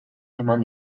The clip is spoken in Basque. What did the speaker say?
eman